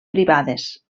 privades